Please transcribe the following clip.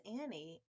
Annie